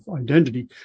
identity